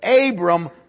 Abram